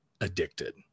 addicted